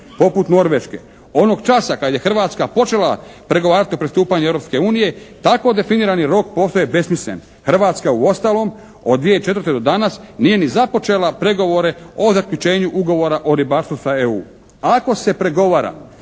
poput Norveške. Onog časa kad je Hrvatska počela pregovarati o pristupanju Europske unije tako definirani rok postaje besmislen. Hrvatska uostalom od 2004. do danas nije ni započela pregovore o zaključenju ugovora o ribarstvu sa EU. Ako se pregovara